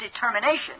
determination